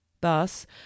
thus